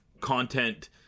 content